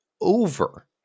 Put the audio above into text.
over